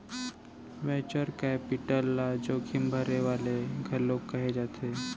venture capital ल जोखिम भरे वाले घलोक कहे जाथे